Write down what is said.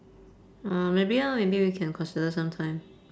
oh maybe ah maybe we can consider some time